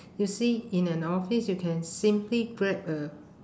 you see in an office you can simply grab a